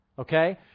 Okay